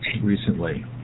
recently